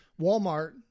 Walmart